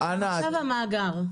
עכשיו, המאגר.